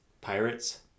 pirates